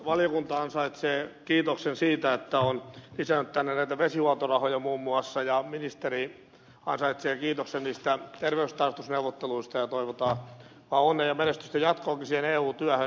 valiokunta ansaitsee kiitoksen siitä että on lisännyt muun muassa näitä vesihuoltorahoja ja ministeri ansaitsee kiitoksen niistä terveystarkastusneuvotteluista ja toivotaan vaan onnea ja menestystä jatkoonkin siihen eu työhön